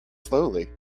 slowly